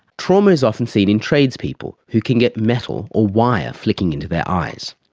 trauma is often seen in tradespeople who can get metal or wire flicking into their eyes.